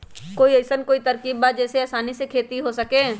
कोई अइसन कोई तरकीब बा जेसे आसानी से खेती हो सके?